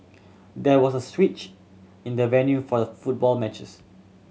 there was a switch in the venue for the football matches